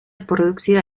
produkzioa